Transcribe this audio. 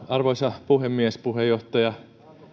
arvoisa puhemies puheenjohtaja